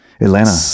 atlanta